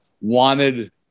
wanted